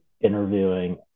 interviewing